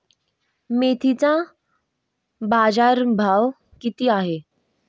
मेथीचा बाजारभाव किती आहे?